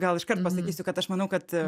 gal iškart pasakysiu kad aš manau kad